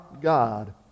God